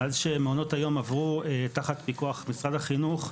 מאז שמעונות היום עברו תחת פיקוח משרד החינוך,